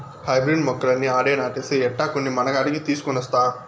hybrid మొక్కలన్నీ ఆడే నాటేస్తే ఎట్టా, కొన్ని మనకాడికి తీసికొనొస్తా